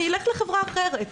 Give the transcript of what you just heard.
אני אלך לחברה אחרת.